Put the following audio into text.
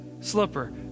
slipper